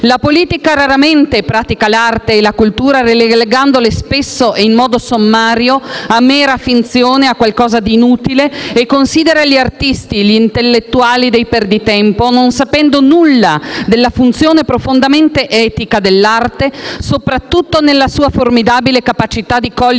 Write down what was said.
La politica raramente pratica l'arte e la cultura, relegandole spesso e in modo sommario a mera finzione, a qualcosa di inutile, e considera gli artisti e gli intellettuali dei perditempo, non sapendo nulla della funzione profondamente etica dell'arte, soprattutto nella sua formidabile capacità di cogliere